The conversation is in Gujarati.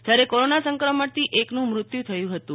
જયારે કોરોના સંક્રમણથી એકનું મૃત્યુ થયું હતું